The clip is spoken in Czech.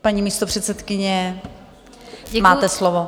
Paní místopředsedkyně, máte slovo.